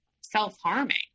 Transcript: self-harming